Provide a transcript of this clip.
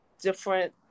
different